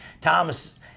Thomas